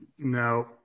No